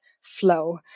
flow